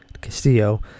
Castillo